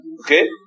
Okay